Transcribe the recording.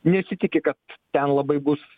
nesitiki kad ten labai bus